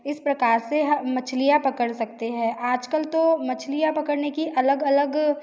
इस प्रकार से हम मछलियाँ पकड़ सकते हैं आज कल तो मछलियाँ पकड़ने के अलग अलग